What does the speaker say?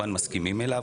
זה.